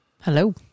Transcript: hello